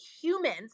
humans